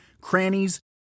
crannies